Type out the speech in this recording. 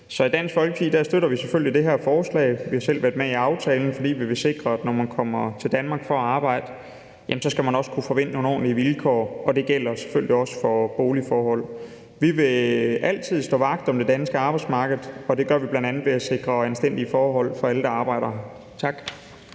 i Dansk Folkeparti støtter vi selvfølgelig det her forslag. Vi har selv været med i aftalen, fordi vi vil sikre, at man, når man kommer til Danmark for at arbejde, også skal kunne forvente nogle ordentlige vilkår, og det gælder selvfølgelig også boligforhold. Vi vil altid stå vagt om det danske arbejdsmarked, og det gør vi bl.a. ved at sikre anstændige forhold for alle, der arbejder her.